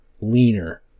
leaner